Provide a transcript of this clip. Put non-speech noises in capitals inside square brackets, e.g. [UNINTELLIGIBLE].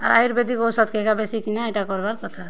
ayurvedic ଔଷଧ୍କେ ଶିଖିକିନା ଇ'ଟା କର୍ବାର୍ [UNINTELLIGIBLE] କଥା